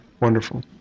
wonderful